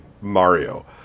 Mario